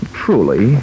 truly